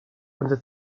unser